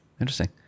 Interesting